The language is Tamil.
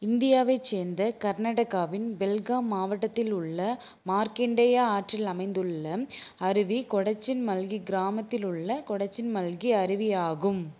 இந்தியாவைச் சேர்ந்த கர்நாடகாவின் பெல்காம் மாவட்டத்தில் உள்ள மார்க்கண்டேயா ஆற்றில் அமைந்துள்ள அருவி கொடச்சின்மல்கி கிராமத்தில் உள்ள கொடச்சின்மல்கி அருவி ஆகும்